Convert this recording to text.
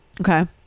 okay